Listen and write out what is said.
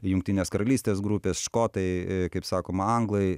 jungtinės karalystės grupės škotai e kaip sakoma anglai